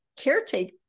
caretake